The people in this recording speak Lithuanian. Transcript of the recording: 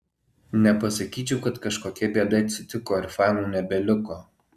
nepasakyčiau kad kažkokia bėda atsitiko ir fanų nebeliko